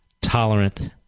tolerant